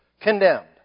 condemned